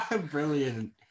Brilliant